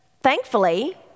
thankfully